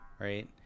Right